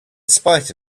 spite